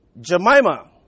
Jemima